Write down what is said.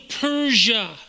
Persia